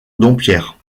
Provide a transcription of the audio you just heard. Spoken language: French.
dompierre